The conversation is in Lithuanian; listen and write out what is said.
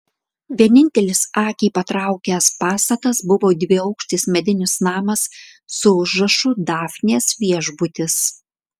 vienintelis akį patraukęs pastatas buvo dviaukštis medinis namas su užrašu dafnės viešbutis